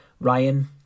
Ryan